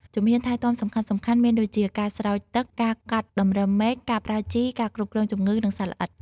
ជំហានថែទាំសំខាន់ៗមានដូចជា ការស្រោចទឹក ការកាត់តម្រឹមមែក ការប្រើជី ការគ្រប់គ្រងជំងឺ និងសត្វល្អិត។